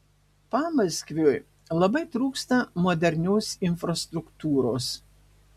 pamaskviui labai trūksta modernios infrastruktūros